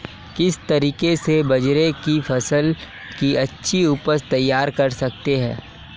किस तरीके से बाजरे की फसल की अच्छी उपज तैयार कर सकते हैं?